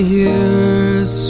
years